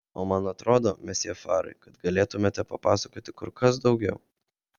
o man atrodo mesjė farai kad galėtumėte papasakoti kur kas daugiau